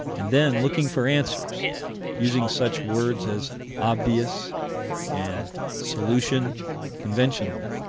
and then looking for answers using such words as obvious and solution conventionally